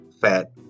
fat